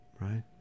right